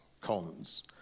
cons